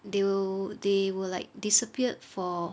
they will they were like disappeared for